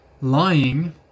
Lying